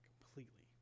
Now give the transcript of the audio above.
completely